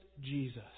Jesus